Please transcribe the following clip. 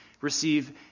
receive